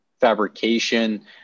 fabrication